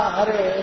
Hare